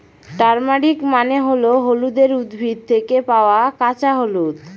turmeric মানে হল হলুদের উদ্ভিদ থেকে পাওয়া কাঁচা হলুদ